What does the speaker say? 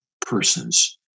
persons